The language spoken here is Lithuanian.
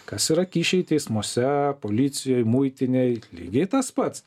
kas yra kyšiai teismuose policijoj muitinėj lygiai tas pats